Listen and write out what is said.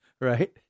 Right